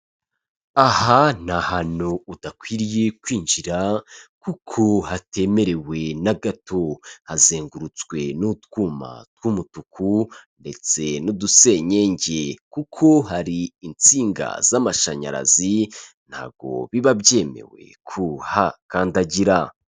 Aha ni hantu udakwiriye kwinjira kuko hatemerewe na gato hazengurutswe n'utwuma tw'umutuku ndetse n'udusenyenge kuko hari insinga z'amashanyarazi ntago biba byemewe kuhakandagira.